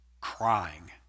crying